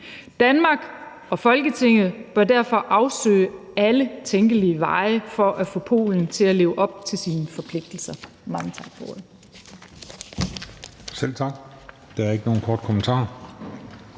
Danmark og Folketinget bør derfor afsøge alle tænkelige veje for at få Polen til at leve op til sine forpligtelser.